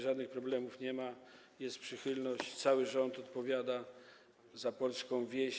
Żadnych problemów w rządzie nie ma, jest przychylność, cały rząd odpowiada za polską wieś.